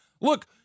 Look